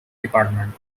department